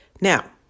Now